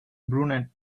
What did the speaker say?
brunette